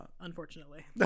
Unfortunately